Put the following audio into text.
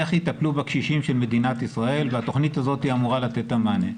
איך יטפלו בקשישים של מדינת ישראל והתוכנית הזאת אמורה לתת את המענה.